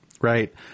right